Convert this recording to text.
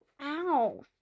Ow